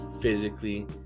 physically